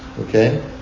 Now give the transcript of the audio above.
Okay